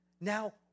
Now